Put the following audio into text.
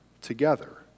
together